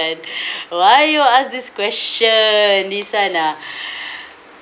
why you ask this question this one uh